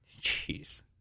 Jeez